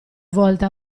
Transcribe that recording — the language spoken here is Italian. volta